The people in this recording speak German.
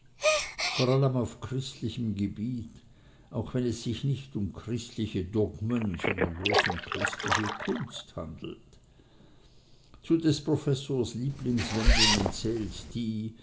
vor allem auf christlichem gebiet auch wenn es sich nicht um christliche dogmen sondern bloß um christliche kunst handelt zu des professors lieblingswendungen zählt die